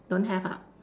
don't have ah